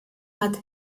hat